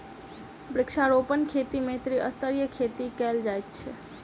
वृक्षारोपण खेती मे त्रिस्तरीय खेती कयल जाइत छै